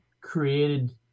created